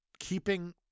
Keeping